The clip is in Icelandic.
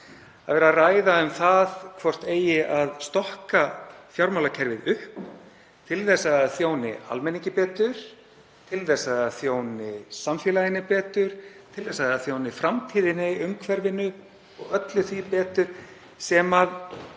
sal, til að ræða um það hvort eigi að stokka fjármálakerfið upp til þess að það þjóni almenningi betur, til þess að það þjóni samfélaginu betur, til þess að það þjóni framtíðinni, umhverfinu og öllu því betur sem